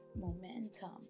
momentum